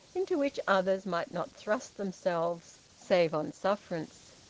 into which others might not thrust themselves save on sufferance.